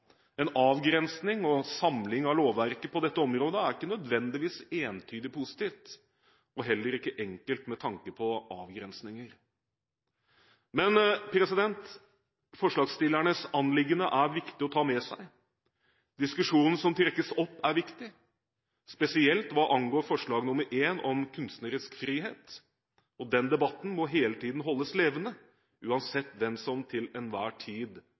En samling av lovverket på dette området er ikke nødvendigvis entydig positivt og heller ikke enkelt med tanke på avgrensninger. Men forslagsstillernes anliggende er viktig å ta med seg. Diskusjonen som trekkes opp, er viktig, spesielt hva angår forslag nr. 1 om kunstnerisk frihet, og den debatten må hele tiden holdes levende uansett hvem som til enhver tid